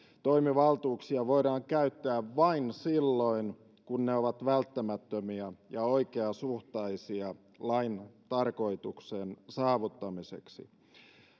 toimivaltuuksia voidaan käyttää vain silloin kun ne ovat välttämättömiä ja oikeasuhtaisia lain tarkoituksen saavuttamiseksi